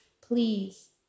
please